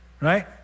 right